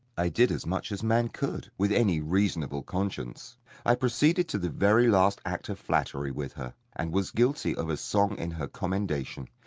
i did as much as man could, with any reasonable conscience i proceeded to the very last act of flattery with her, and was guilty of a song in her commendation.